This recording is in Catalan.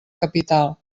capital